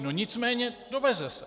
Nicméně doveze se.